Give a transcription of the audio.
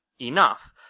enough